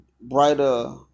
brighter